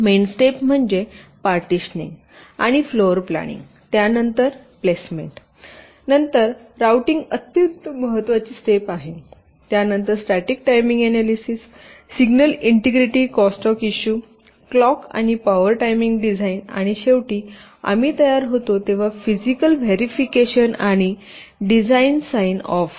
main step म्हणजे partitioning आणि floor planning त्यानंतर प्लेसमेंट नंतर रोऊटिंग अत्यंत महत्वाची स्टेप आहे त्यानंतर static timing analysis signal integrity crosstalk issue clock आणि पॉवर टायमिंग डिझाइन आणि शेवटी आम्ही तयार होतो तेव्हा फिजिकल व्हेरिफिकेशन आणि डिझाइन साइन ऑफ